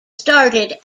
started